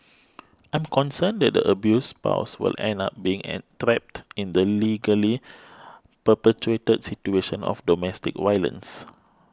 I'm concerned that the abused spouse was end up being trapped in the legally perpetuated situation of domestic violence